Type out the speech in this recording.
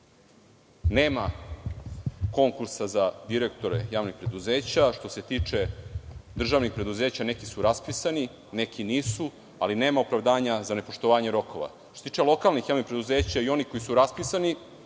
Nema konkursa za direktore javnih preduzeća. Što se tiče državnih preduzeća, neki su raspisani, neki nisu, ali nema opravdanja za nepoštovanje rokova. Što se tiče lokalnih javnih preduzeća i oni koji su raspisani